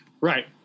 Right